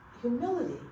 humility